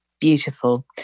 Beautiful